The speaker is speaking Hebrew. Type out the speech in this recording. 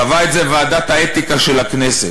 קבעה את זה ועדת האתיקה של הכנסת.